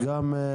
גם.